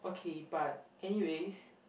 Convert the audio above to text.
okay but anyways